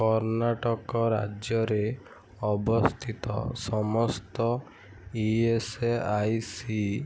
କର୍ଣ୍ଣାଟକ ରାଜ୍ୟରେ ଅବସ୍ଥିତ ସମସ୍ତ ଇ ଏସ୍ ଆଇ ସି